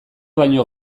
baino